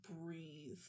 breathe